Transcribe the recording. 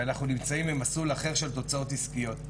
שאנחנו נמצאים במסלול אחר של תוצאות עסקיות.